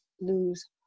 lose